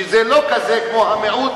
שזה לא כזה כמו המיעוט